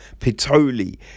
Pitoli